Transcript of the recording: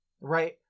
right